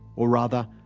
or rather,